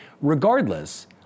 Regardless